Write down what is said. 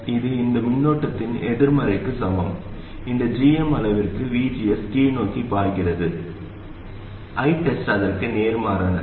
இது இந்த மின்னோட்டத்தின் எதிர்மறைக்கு சமம் இந்த gm அளவிற்கு VGS கீழ்நோக்கி பாய்கிறது ITEST அதற்கு நேர்மாறானது